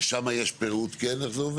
שם יש פירוט על איך זה כן עובד?